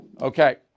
Okay